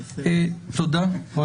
תודה על